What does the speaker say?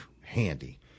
handy